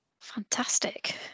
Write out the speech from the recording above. Fantastic